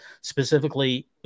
specifically